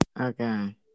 Okay